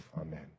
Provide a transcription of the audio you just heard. amen